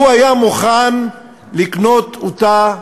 הוא היה מוכן לקנות אותה,